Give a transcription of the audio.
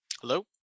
Hello